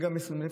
וגם 20,000,